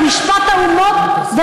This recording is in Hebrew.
למשפט האומות,